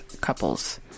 couples